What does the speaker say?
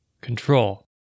control